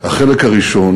החלק הראשון